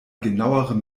genauerem